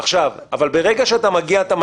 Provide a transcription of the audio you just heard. זה לא הנורבגי,